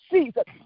Jesus